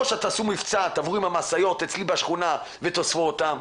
או שתעשו מבצע ותעברו עם המשאיות אצלי בשכונה ותאספו אותם.